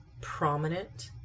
prominent